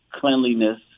cleanliness